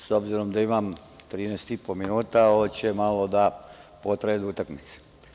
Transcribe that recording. S obzirom da imam 13 i po minuta, ovo će malo da potraje do utakmice.